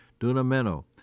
dunameno